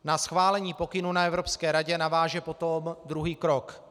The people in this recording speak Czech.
Na schválení pokynů na Evropské radě naváže potom druhý krok.